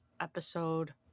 episode